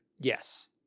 yes